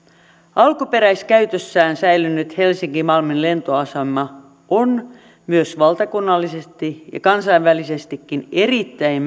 alkuperäiskäytössään säily nyt helsinki malmin lentoasema on myös valtakunnallisesti ja kansainvälisestikin erittäin